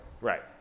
right